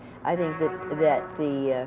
i think that the